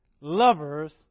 lovers